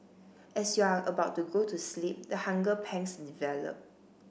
as you are about to go to sleep the hunger pangs develop